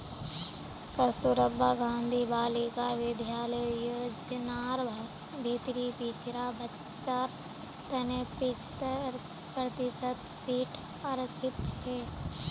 कस्तूरबा गांधी बालिका विद्यालय योजनार भीतरी पिछड़ा बच्चार तने पिछत्तर प्रतिशत सीट आरक्षित छे